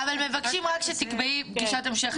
אבל מבקשים רק שתקבעי פגישת המשך לנושאים האלה.